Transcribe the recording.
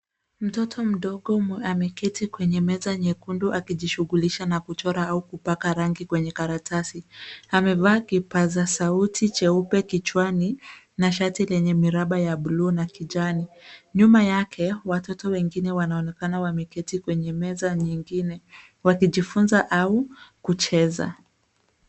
Mtoto mdogo ameketi kwenye meza nyekundu akijishughulisha na kuchora au kupaka rangi kwenye karatasi. Amevaa kipaza sauti cheupe kichwani na shati lenye miraba ya buluu na kijani. Nyuma yake, watoto wengine wanaonekana wameketi kwenye meza nyingine wakijifunza au kucheza.